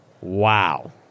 Wow